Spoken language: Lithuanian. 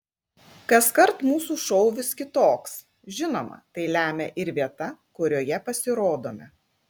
kaskart mūsų šou vis kitoks žinoma tai lemia ir vieta kurioje pasirodome